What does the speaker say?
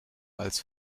als